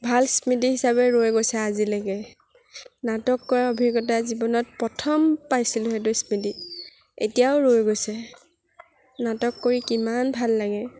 ভাল স্মৃতি হিচাপে ৰৈ গৈছে আজিলৈকে নাটক কৰা অভিজ্ঞতা জীৱনত প্ৰথম পাইছিলোঁ সেইটো স্মৃতি এতিয়াও ৰৈ গৈছে নাটক কৰি কিমান ভাল লাগে